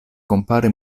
kompare